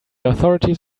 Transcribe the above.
authorities